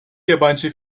yabancı